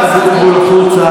שנה וחצי.